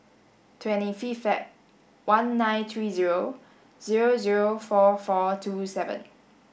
twenty fifth Feb one nine three zero zero zero four four two seven